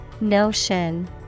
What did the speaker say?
Notion